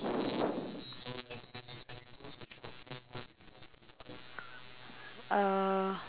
uh